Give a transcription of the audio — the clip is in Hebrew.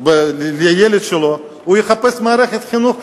לילד שלו, יחפש מערכת חינוך חזקה,